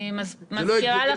זה לא הגיוני --- אני מזכירה לכם